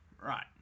Right